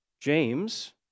James